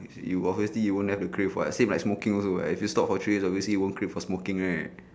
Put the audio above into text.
you obviously you won't have a crave [what] same like smoking also right if you stop for three years obviously you won't crave for smoking right